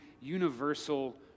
universal